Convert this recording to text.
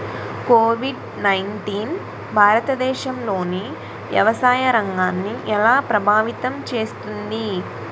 Covid nineteen భారతదేశంలోని వ్యవసాయ రంగాన్ని ఎలా ప్రభావితం చేస్తుంది?